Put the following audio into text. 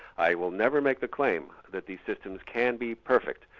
i will never make the claim that these systems can be perfect,